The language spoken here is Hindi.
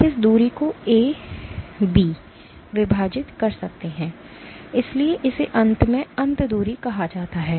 आप इस दूरी को A B विभाजित करते हैं इसलिए इसे अंत से अंत दूरी कहा जाता है